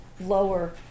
lower